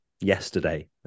yesterday